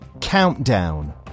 Countdown